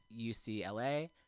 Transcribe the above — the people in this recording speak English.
UCLA